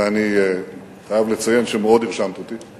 ואני חייב לציין שמאוד הרשמת אותי.